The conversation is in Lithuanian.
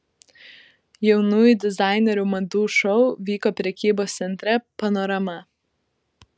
jaunųjų dizainerių madų šou vyko prekybos centre panorama